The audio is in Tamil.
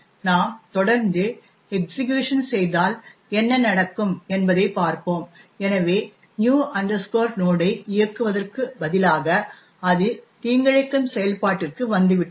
நாம் தொடர்ந்து எக்சிக்யூஷன் செய்தால் என்ன நடக்கும் என்பதை பார்ப்போம் எனவே நியூ நோட்new node ஐ இயக்குவதற்கு பதிலாக அது தீங்கிழைக்கும் செயல்பாட்டிற்கு வந்துவிட்டது